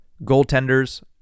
goaltenders